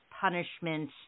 punishment